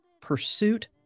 pursuit